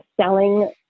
selling